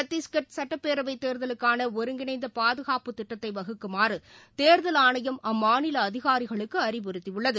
சத்திஷ்கட் சுட்டப்பேரவைத் தேர்தலுக்கானஒருங்கிணைந்தபாதுகாப்பு திட்டத்தைவகுக்குமாறுதோ்தல் ஆணையம் அம்மாநிலஅதிகாரிகளுக்குஅறிவுறுத்தியுள்ளது